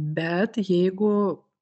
bet jeigu